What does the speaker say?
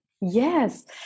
Yes